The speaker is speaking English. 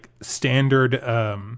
standard